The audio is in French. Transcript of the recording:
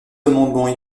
amendements